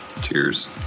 Cheers